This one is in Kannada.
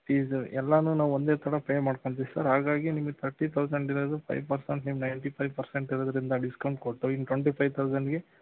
ಫೀಸು ಎಲ್ಲಾನು ನಾವು ಒಂದೇ ಸಲ ಪೇ ಮಾಡ್ಕೊತೀವಿ ಸರ್ ಹಾಗಾಗಿ ನಿಮಗೆ ತರ್ಟಿ ತೌಸಂಡ್ ಇರೋದು ಫೈವ್ ಪರ್ಸೆಂಟ್ ನಿಮ್ಮ ನೈಂಟಿ ಫೈವ್ ಪರ್ಸೆಂಟ್ ಇರೋದ್ರಿಂದ ಡಿಸ್ಕೌಂಟ್ ಕೊಟ್ಟು ಇನ್ನು ಟೊಂಟಿ ಫೈವ್ ತೌಸಂಡ್ಗೆ